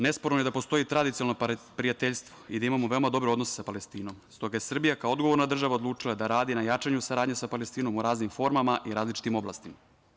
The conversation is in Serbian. Nesporno je da postoji tradicionalno prijateljstvo i da imamo veoma dobre odnose sa Palestinom, s toga je Srbija kao odgovorna država odlučila da radi na jačanju saradnje sa Palestinom u raznim formama i različitim oblastima.